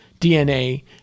DNA